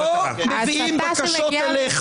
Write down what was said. אנחנו לא מביאים בקשות אליך.